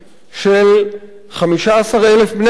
הוא 15,000 בני-אדם.